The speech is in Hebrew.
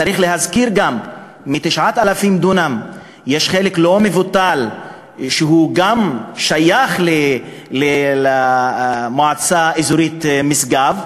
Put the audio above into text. צריך להזכיר גם שחלק לא מבוטל מ-9,000 הדונם שייך למועצה האזורית משגב,